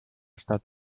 statt